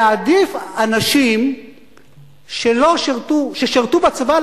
להעדיף אנשים ששירתו בצבא,